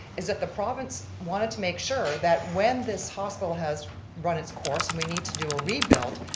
is that the province wanted to make sure that when this hospital has run its course, and we need to do a rebuild,